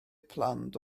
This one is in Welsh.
plant